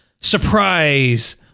surprise